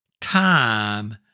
time